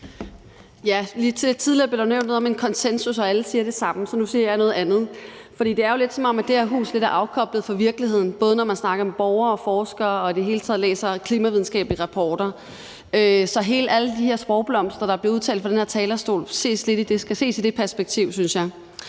(ALT): Tidligere blev der nævnt noget om konsensus og om, at alle siger det samme, så nu siger jeg noget andet. For det er jo, som om det her hus lidt er afkoblet fra virkeligheden, både når man snakker med borgere og forskere, og når man i det hele taget læser klimavidenskabelige rapporter. Så alle de her sprogblomster, der kommer fra den her talerstol, skal ses i det perspektiv, synes jeg.